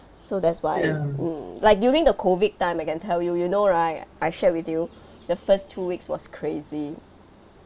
so that's why mm like during the COVID time I can tell you you know right I shared with you the first two weeks was crazy